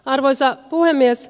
arvoisa puhemies